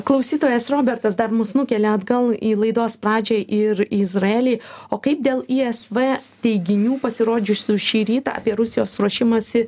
klausytojas robertas dar mus nukelia atgal į laidos pradžią ir į izraelį o kaip dėl isv teiginių pasirodžiusių šį rytą apie rusijos ruošimąsi